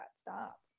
stop